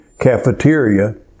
cafeteria